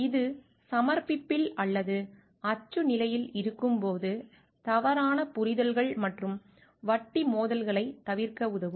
இது சமர்ப்பிப்பில் அல்லது அச்சு நிலையில் இருக்கும் போது தவறான புரிதல்கள் மற்றும் வட்டி மோதல்களைத் தவிர்க்க உதவும்